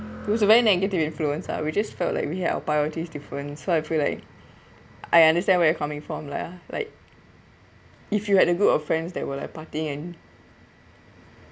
it was a very negative influence ah we just felt like we had our priorities different so I feel like I understand where they were coming from lah like if you had a group of friends that were like partying and